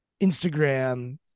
Instagram